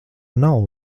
nav